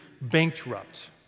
bankrupt